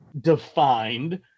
defined